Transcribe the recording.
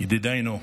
ידידנו,